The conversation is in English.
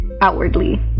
outwardly